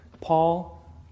Paul